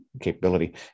capability